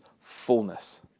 fullness